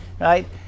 right